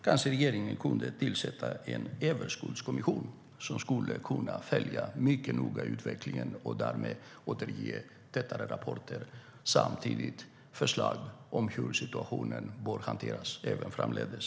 Kanske regeringen kunde tillsätta en överskuldskommission? En sådan skulle kunna följa utvecklingen mycket noga och ge tätare rapporter och förslag om hur situationen bör hanteras framdeles.